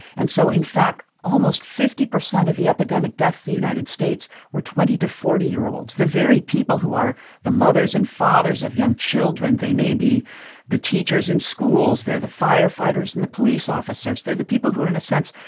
and so in fact almost fifty percent of the epidemic deaths in the united states were twenty to forty year olds, the very people who are the mothers and fathers of young children. they may be the teachers in schools. they're the firefighters and the police officers. they're the people who are, in a sense,